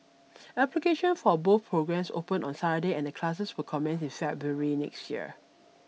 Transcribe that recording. application for both programs opened on Saturday and classes will commence in February next year